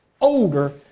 older